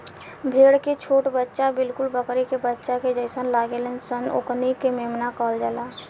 भेड़ के छोट बच्चा बिलकुल बकरी के बच्चा के जइसे लागेल सन ओकनी के मेमना कहल जाला